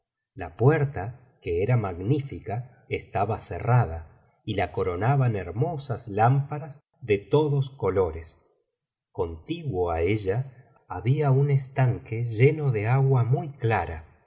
la puerta que era magnífica estaba cerrada y la coronaban hermosas lámparas de todos colores contiguo á ella había un estanque lleno de agua muy clara